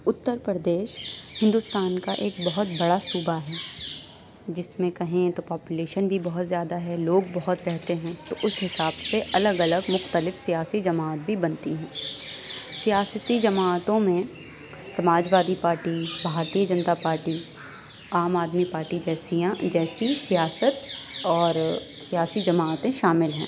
اترپر دیش ہندوستان کا ایک بہت بڑا صوبہ ہے جس میں کہیں تو پاپولیشن بھی بہت زیادہ ہے لوگ بہت رہتے ہیں تو اس حساب سے الگ لگ محتلف سیاسی جماعت بھی بنتی ہیں سیاستی جماعتوں میں Samajwadi party Bharatiya Janata party Aam Aadmi party جیسی جیسی سیاست اور سیاسی جماعتیں شامل ہیں